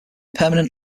permanent